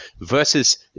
versus